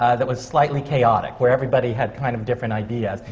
ah that was slightly chaotic, where everybody had kind of different ideas.